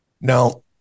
Now